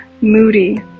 moody